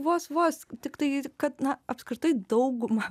vos vos tiktai kad na apskritai daugumą